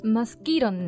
Mosquito